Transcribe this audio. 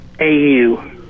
AU